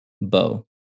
bow